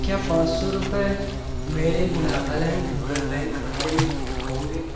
क्या पाँच सौ रुपये मेरे नागालैंड रूरल बैंक खाते में होंगे